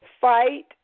fight